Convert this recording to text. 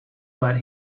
but